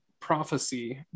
prophecy